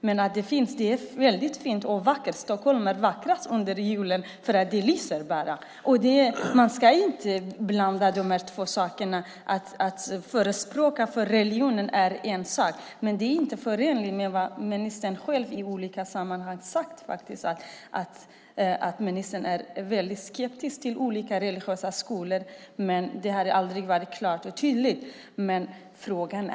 Det är fint och vackert med julstjärna. Stockholm är vackrast under julen eftersom det lyser. Man ska inte blanda ihop dessa saker. Att förespråka religion är en sak, men det är inte förenligt med vad ministern själv har sagt i olika sammanhang. Ministern är skeptisk till olika religiösa skolor, men det har inte framkommit klart och tydligt.